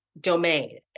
domain